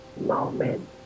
moment